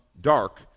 dark